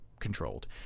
controlled